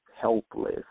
helpless